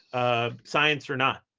ah science or not?